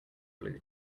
blue